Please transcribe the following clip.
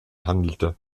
handelte